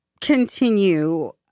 continue